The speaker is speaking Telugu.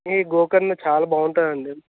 ఈ గోకర్ణ చాలా బాగుంటుంది అండి